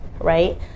right